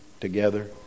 together